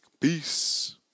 Peace